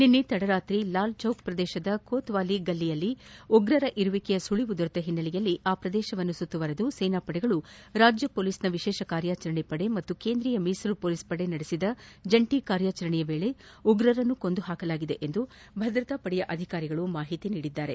ನಿನ್ನೆ ತಡರಾತ್ರಿ ಲಾಲ್ ಚೌಕ್ ಪ್ರದೇಶದ ಕೋತ್ವಾಲಿ ಗಲ್ಲಿಯಲ್ಲಿ ಉಗ್ರರ ಇರುವಿಕೆಯ ಸುಳವು ದೊರೆತ ಹಿನ್ನೆಲೆಯಲ್ಲಿ ಆ ಪ್ರದೇಶವನ್ನು ಸುತ್ತುವರೆದು ಸೇನಾಪಡೆಗಳು ರಾಜ್ಯ ಹೊಲೀಸ್ನ ವಿಶೇಷ ಕಾರ್ಯಾಚರಣೆ ಪಡೆ ಹಾಗೂ ಕೇಂದ್ರೀಯ ಮೀಸಲು ಹೊಲೀಸ್ಪಡೆ ನಡೆಸಿದ ಜಂಟಿ ಕಾರ್ಯಾಚರಣೆಯ ವೇಳೆ ಉಗ್ರರನ್ನು ಕೊಂದು ಹಾಕಲಾಗಿದೆ ಎಂದು ಭದ್ರತಾಪಡೆಯ ಅಧಿಕಾರಿಗಳು ಮಾಹಿತಿ ನೀಡಿದ್ದಾರೆ